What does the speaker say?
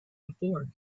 before